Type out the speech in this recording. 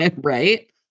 Right